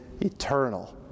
eternal